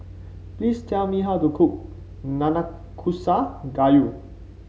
please tell me how to cook Nanakusa Gayu